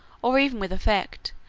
or even with effect,